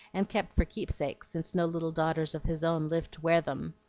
and kept for keepsakes, since no little daughters of his own lived to wear them.